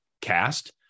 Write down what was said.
cast